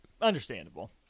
Understandable